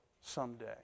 someday